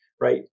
right